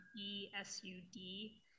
ESUD